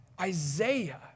Isaiah